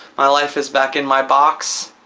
my life is back in my box